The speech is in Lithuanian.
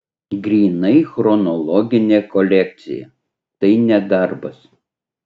grynai chronologinė kolekcija tai ne darbas